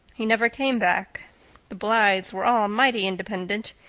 he never came back the blythes were all mighty independent.